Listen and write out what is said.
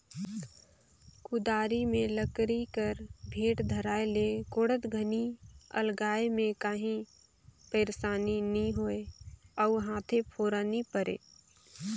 कुदारी मे लकरी कर बेठ धराए ले कोड़त घनी अलगाए मे काही पइरसानी नी होए अउ हाथे फोरा नी परे